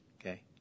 Okay